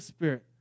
Spirit